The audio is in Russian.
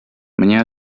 мне